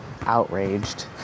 outraged